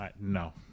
no